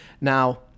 now